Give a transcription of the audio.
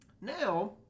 Now